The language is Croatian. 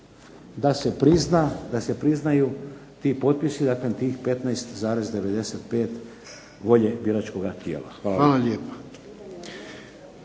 da se priznaju ti potpisi, dakle tih 15,95 volje biračkoga tijela. Hvala lijepo.